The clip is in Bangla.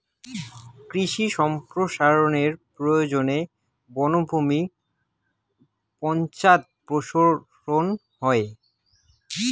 কৃষি সম্প্রসারনের প্রয়োজনে বনভূমি পশ্চাদপসরন হই